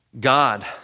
God